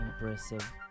impressive